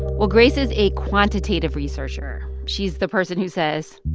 well, grace is a quantitative researcher. she's the person who says,